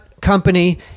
company